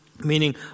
Meaning